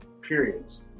periods